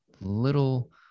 little